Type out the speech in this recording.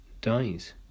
dies